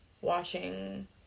watching